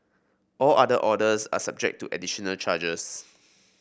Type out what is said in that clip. all other orders are subject to additional charges